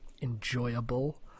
enjoyable